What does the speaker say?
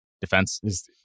Defense